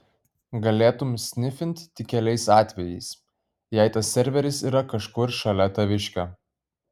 galėtum snifint tik keliais atvejais jei tas serveris yra kažkur šalia taviškio